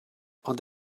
ond